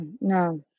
no